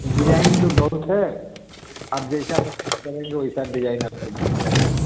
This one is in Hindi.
डिजाईन तो बहुत है आप जैसा पसंद करेंगे वैसा डिजाईन आपको मिल जाएगा